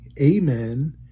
amen